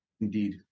Indeed